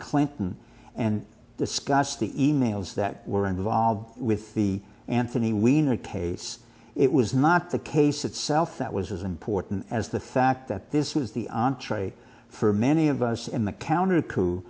clinton and discuss the e mails that were involved with the anthony wiener case it was not the case itself that was as important as the fact that this was the entree for or many of us in the counter